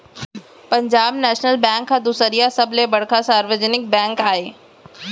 Punjab National Bank ह दुसरइया सबले बड़का सार्वजनिक बेंक आय